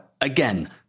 again